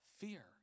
Fear